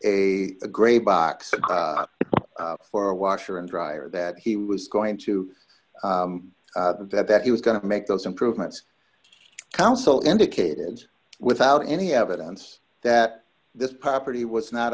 a great box for a washer and dryer that he was going to have that he was going to make those improvements council indicated without any evidence that this property was not